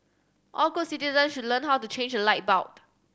all good citizens should learn how to change light bulb